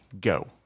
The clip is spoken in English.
go